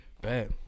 Bad